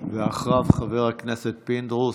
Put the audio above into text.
ואחריו, חבר הכנסת פינדרוס.